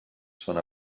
són